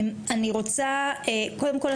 אני רוצה קודם כל,